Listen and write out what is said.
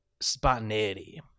spontaneity